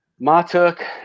Matuk